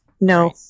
No